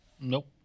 Nope